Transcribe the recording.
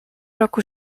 roku